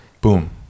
boom